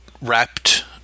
wrapped